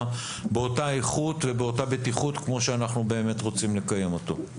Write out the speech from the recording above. באותה איכות ובאותה בטיחות כמו שאנחנו באמת רוצים לקיים אותו.